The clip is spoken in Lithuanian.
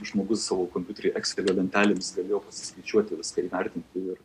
žmogus savo kompiuteryje ekselio lentelėmis galėjo suskaičiuoti kaip vertinti ir